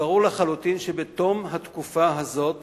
שברור לחלוטין שבתום התקופה הזאת